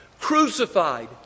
crucified